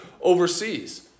overseas